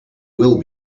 will